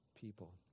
people